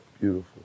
Beautiful